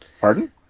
Pardon